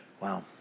Wow